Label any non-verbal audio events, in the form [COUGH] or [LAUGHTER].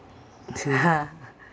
[LAUGHS]